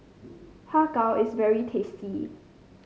Har Kow is very tasty